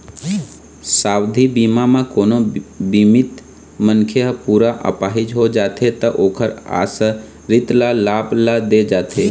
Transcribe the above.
सावधि बीमा म कोनो बीमित मनखे ह पूरा अपाहिज हो जाथे त ओखर आसरित ल लाभ ल दे जाथे